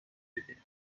بگیرم